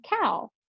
cow